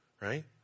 Right